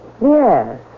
Yes